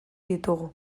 ditugu